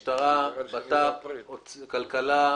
משטרה, משרד לביטחון פנים, כלכלה,